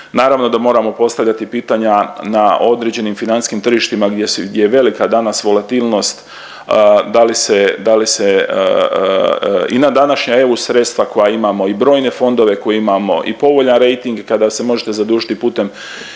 naravno da moramo postavljati pitanja na određenim financijskim tržištima gdje je velika danas volontilnost da li se, da li se i na današnja EU sredstva i brojne fondove koje imamo i povoljan rejting kada se možete zadužiti putem